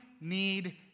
need